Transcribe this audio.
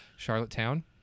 Charlottetown